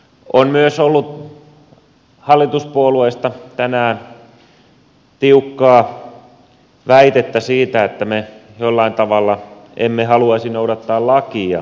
on myös ollut hallituspuolueista tänään tiukkaa väitettä siitä että me jollain tavalla emme haluaisi noudattaa lakia jatkossa